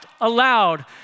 aloud